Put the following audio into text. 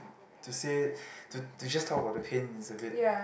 to say to to just talk about the pain is a bit